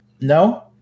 No